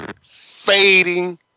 fading